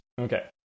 Okay